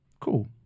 cool